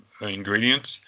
ingredients